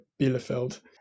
Bielefeld